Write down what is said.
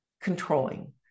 controlling